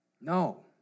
No